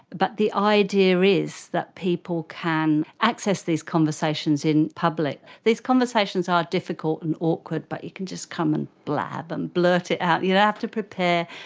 but the idea is that people can access these conversations in public. these conversations are difficult and awkward but you can just come and blab and blurt it out. you don't have to prepare,